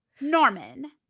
Norman